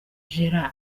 gerald